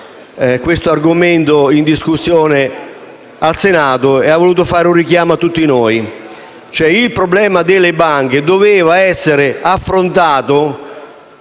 stato oggi in discussione al Senato e ha voluto lanciare un richiamo a tutti noi. Il problema delle banche doveva essere affrontato